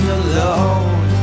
alone